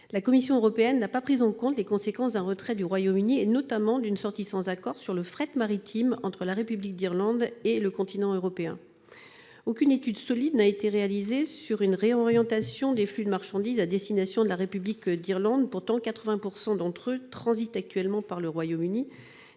la Commission européenne n'a pas pris en compte les conséquences d'un retrait du Royaume-Uni, notamment dans l'hypothèse d'une sortie sans accord, sur le fret maritime entre la République d'Irlande et le continent européen. Aucune étude solide n'a été réalisée sur une réorientation des flux de marchandises à destination de la République d'Irlande. Pourtant, ils transitent aujourd'hui à hauteur de 80 % par le Royaume-Uni,